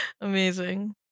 Amazing